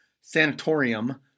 sanatorium